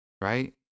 right